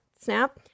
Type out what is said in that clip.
snap